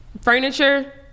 furniture